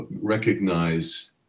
recognize